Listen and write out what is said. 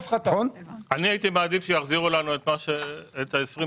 הייתי מעדיף שיחזירו לנו את ה-2022.